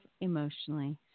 emotionally